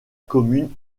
commune